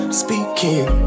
speaking